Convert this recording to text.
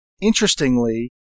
Interestingly